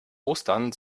ostern